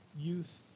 youth